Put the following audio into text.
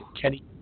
Kenny